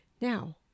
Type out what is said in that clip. Now